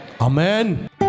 Amen